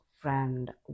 friend